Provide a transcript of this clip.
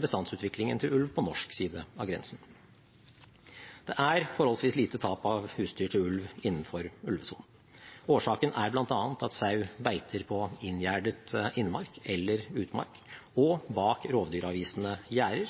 bestandsutviklingen til ulv på norsk side av grensen. Det er forholdsvis lite tap av husdyr til ulv innenfor ulvesonen. Årsaken er bl.a. at sau beiter på inngjerdet innmark eller utmark og bak rovdyravvisende gjerder,